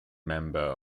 member